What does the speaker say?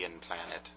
planet